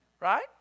Right